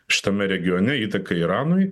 šitame regione įtaką iranui